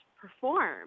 perform